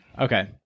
Okay